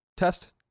test